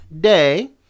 day